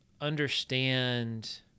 understand